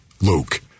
Luke